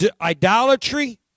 idolatry